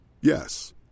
Yes